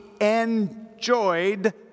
enjoyed